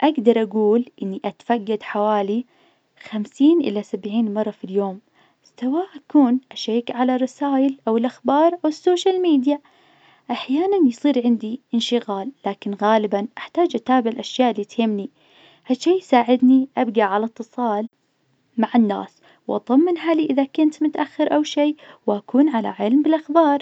أقدر أقول إني أتفقد حوالي خمسين إلى سبعين مرة في اليوم، سواء أكون أشيك على الرسايل أو الأخبار أو السوشيل ميديا. أحيانا يصير عندي إنشغال لكن غالبا أحتاج أتابع الأشياء اللي تهمني، ها الشي يساعدني أبقى على إتصال مع الناس وأطمن حالي إذا كنت متأخر أو شي وأكون على علم بالأخبار.